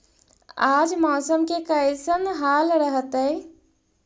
आज मौसम के कैसन हाल रहतइ?